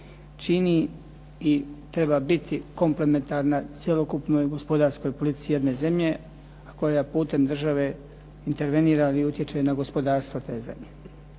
čini i treba biti komplementarna cjelokupnoj gospodarskoj politici jedne zemlje a koja putem države intervenira ili utječe na gospodarstvo te zemlje.